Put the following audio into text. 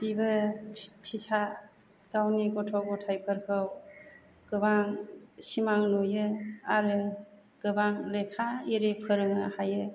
बेबो फि फिसा गावनि गथ' गथायफोरखौ गोबां सिमां नुयो आरो गोबां लेखा एरि फोरोंनो हायो